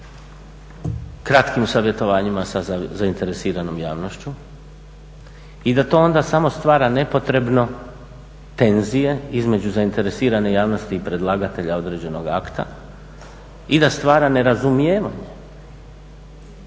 kratkim savjetovanjima sa zainteresiranom javnošću i da to onda samo stvara nepotrebno tenzije između zainteresirane javnosti i predlagatelja određenog akta i da stvara nerazumijevanje,